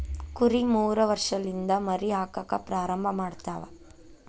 ಕುರಿ ಮೂರ ವರ್ಷಲಿಂದ ಮರಿ ಹಾಕಾಕ ಪ್ರಾರಂಭ ಮಾಡತಾವ